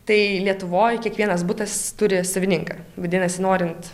tai lietuvoj kiekvienas butas turi savininką vadinasi norint